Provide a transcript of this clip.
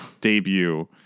debut